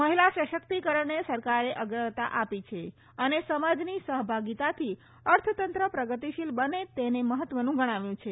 મહિલા સશક્તિકરણને સરકારે અગ્રતા આપી છે અને સમાજની સહભાગીતાથી અર્થતંત્ર પ્રગતિશીલ બને તેને મહત્વનું ગણાવ્યું છે